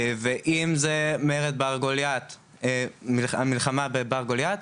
ואם זה המלחמה בגוליית,